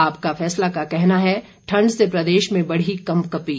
आपका फैसला का कहना है ठंड से प्रदेश में बढ़ी कंपकपी